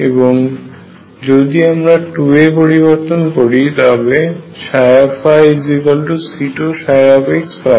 এবং যদি আমরা 2a পরিবর্তন করি তবে yC2x পাই